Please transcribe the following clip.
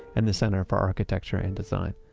and the center for architecture and design.